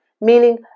Meaning